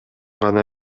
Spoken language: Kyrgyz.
гана